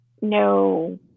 no